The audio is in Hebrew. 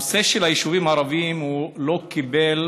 הנושא של היישובים הערביים לא קיבל